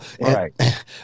Right